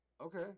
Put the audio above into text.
Okay